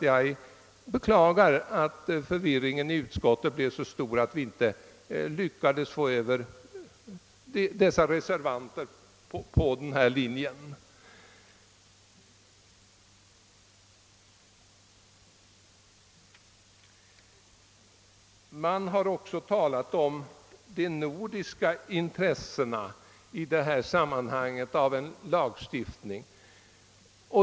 Jag beklagar att förvirringen i utskottet blev så stor att vi inte lyckades få över samtliga reservanter på den linje som återfinns i reservation 2. Man har i detta sammanhang också talat om det nordiska intresset av en gemensam lagstiftning.